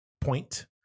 Point